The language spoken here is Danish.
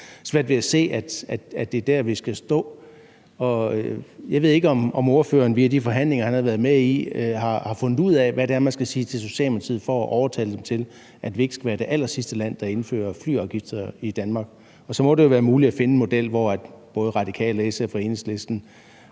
har lidt svært ved at se, at det er der, vi skal stå. Jeg ved ikke, om ordføreren via de forhandlinger, han har været med i, har fundet ud af, hvad man skal sige til Socialdemokratiet for at overtale dem til, at Danmark ikke skal være det allersidste land, der indfører flyafgifter. Og så må det jo være muligt at finde en model, som er fælles for både Radikale, SF og Enhedslisten.